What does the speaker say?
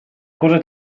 cosa